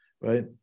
Right